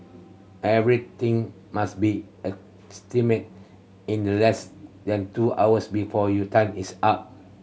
everything must be examined in the less than two hours before your time is up